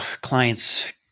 clients